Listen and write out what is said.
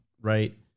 right